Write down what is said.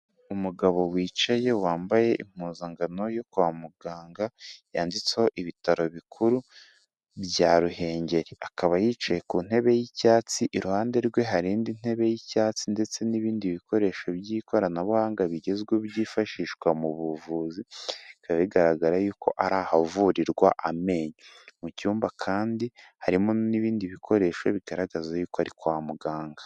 Umugabo wicaye wambaye impuzangano yo kwa muganga, yanditseho ibitaro bikuru bya Ruhengeri. Akaba yicaye ku ntebe y'icyatsi, iruhande rwe hari indi ntebe y'icyatsi ndetse n'ibindi bikoresho by'ikoranabuhanga bigezweho byifashishwa mu buvuzi, bikaba bigaragara yuko ari ahavurirwa amenyo. Mu cyumba kandi harimo n'ibindi bikoresho bigaragaza yuko ari kwa muganga.